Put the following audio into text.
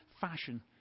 fashion